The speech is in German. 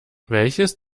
welches